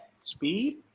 speed